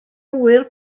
ŵyr